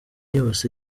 yose